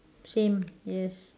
same yes